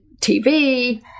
TV